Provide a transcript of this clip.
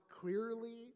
clearly